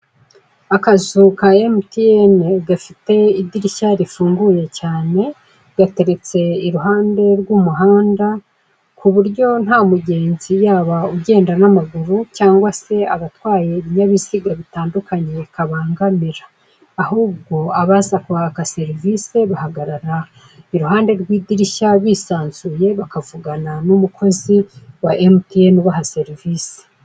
Akazu ka Emutiyene gafite idirishya rifunguye cyane, gateretse iruhande rw'umuhanda ku buryo nta mugenzi yaba ugenda n'amaguru cyangwa se abatwaye ibinyabiziga bitandukanye kabangamira, ahubwo abaza kuhaka serivisi bahagarara iruhande rw'idirishya bisanzuye bakavugana n'umukozi wa Emutiyene ubaha serivisi.